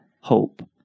hope